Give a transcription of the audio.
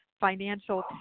financial